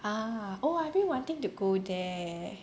ah oh I've been wanting to go there